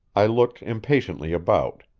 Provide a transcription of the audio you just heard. i looked impatiently about.